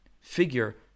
figure